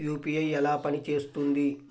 UPI ఎలా పనిచేస్తుంది?